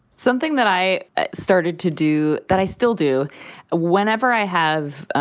something that i started to do that i still do whenever i have,